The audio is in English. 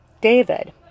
David